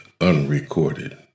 unrecorded